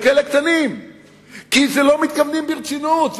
כי לא מתכוונים ברצינות,